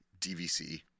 DVC